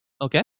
Okay